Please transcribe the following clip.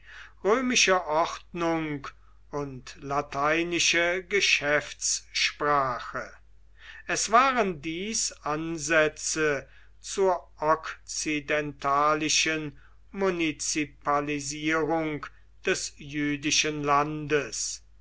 römische ordnung und lateinische geschäftssprache es waren dies ansätze zur okzidentalischen munizipalisierung des jüdischen landes